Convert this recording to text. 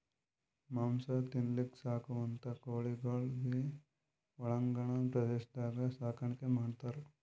ಮಾಂಸ ತಿನಲಕ್ಕ್ ಸಾಕುವಂಥಾ ಕೋಳಿಗೊಳಿಗ್ ಒಳಾಂಗಣ ಪ್ರದೇಶದಾಗ್ ಸಾಕಾಣಿಕೆ ಮಾಡ್ತಾರ್